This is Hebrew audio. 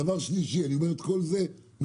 דבר שלישי אני אומר את כל זה מניסיון